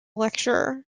lecturer